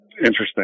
interesting